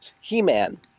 He-Man